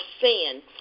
sin